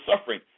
suffering